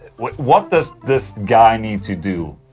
what what does this guy need to do.